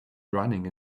running